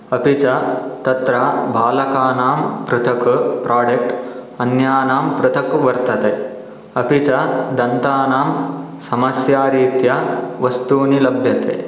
अपि च तत्र बालकानां पृथक् प्राडेक्ट् अन्यानां पृथक् वर्तते अपि च दन्तानां समस्या रीत्या वस्तूनि लभ्यन्ते